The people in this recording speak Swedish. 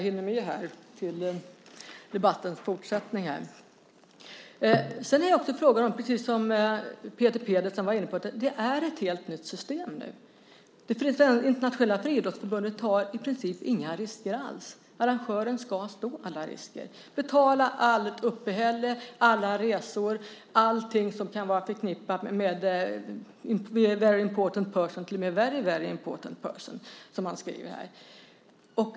Sedan är det också, precis som Peter Pedersen var inne på, ett helt nytt system nu. Det internationella friidrottsförbundet tar i princip inga risker alls. Arrangören ska stå alla risker, betala allt uppehälle, alla resor, allting som kan vara förknippat med very important person och med very, very important person , som man skriver.